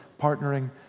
partnering